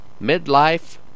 Midlife